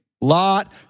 Lot